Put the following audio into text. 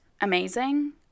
amazing